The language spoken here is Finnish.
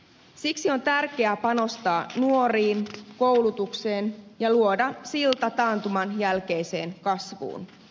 siksi on tärkeää panostaa nuoriin koulutukseen ja luoda silta taantuman jälkeiseen kasvuun